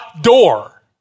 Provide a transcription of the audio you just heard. door